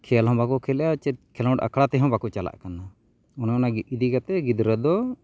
ᱠᱷᱮᱞ ᱦᱚᱸ ᱵᱟᱠᱚ ᱠᱷᱮᱞᱮᱜᱼᱟ ᱪᱮᱫ ᱠᱷᱮᱞᱳᱰ ᱟᱠᱷᱟᱲᱟ ᱛᱮᱦᱚᱸ ᱵᱟᱠᱚ ᱪᱟᱞᱟᱜ ᱠᱟᱱᱟ ᱚᱱᱮ ᱚᱱᱟ ᱤᱫᱤ ᱠᱟᱛᱮ ᱜᱤᱫᱽᱨᱟᱹ ᱫᱚ